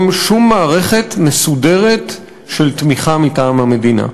שום מערכת מסודרת של תמיכה מטעם המדינה.